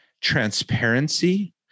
transparency